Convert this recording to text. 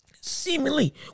seemingly